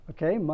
Okay